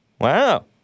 Wow